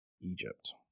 Egypt